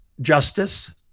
justice